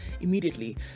immediately